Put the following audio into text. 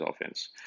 offense